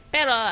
Pero